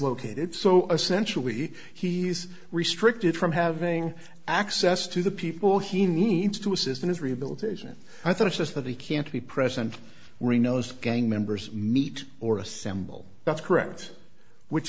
located so essentially he's restricted from having access to the people he needs to assist in his rehabilitation i thought just that he can't be present reno's gang members meet or assemble that's correct which